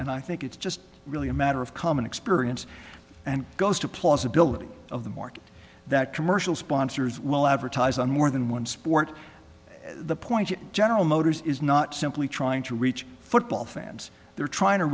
and i think it's just really a matter of common experience and goes to plausibility of the market that commercial sponsors will advertise on more than one sport the point at general motors is not simply trying to reach football fans they're trying to